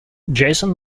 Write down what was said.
jason